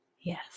Yes